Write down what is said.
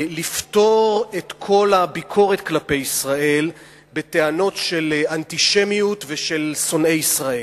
לפטור את כל הביקורת כלפי ישראל בטענות של אנטישמיות ושל "שונאי ישראל".